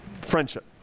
friendship